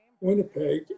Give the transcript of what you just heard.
Winnipeg